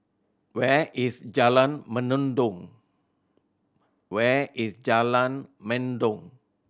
where is Jalan Mendong where is Jalan Mendong